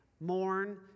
mourn